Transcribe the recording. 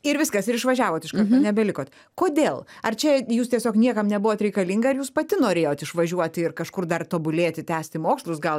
ir viskas ir išvažiavot iš karto nebelikot kodėl ar čia jūs tiesiog niekam nebuvot reikalinga ar jūs pati norėjot išvažiuoti ir kažkur dar tobulėti tęsti mokslus gal